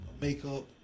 makeup